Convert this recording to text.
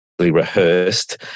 rehearsed